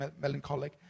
melancholic